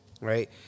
right